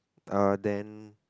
uh then